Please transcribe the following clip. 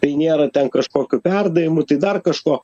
tai nėra ten kažkokių perdavimų tai dar kažko